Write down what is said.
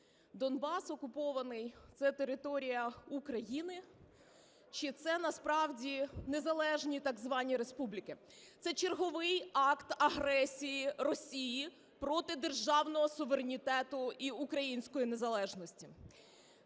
Донбас окупований – це територія України, чи це насправді незалежні так звані республіки. Це черговий акт агресії Росії проти державного суверенітету і української незалежності.